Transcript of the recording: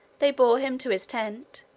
they bore him to his tent,